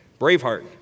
Braveheart